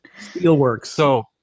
Steelworks